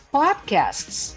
podcasts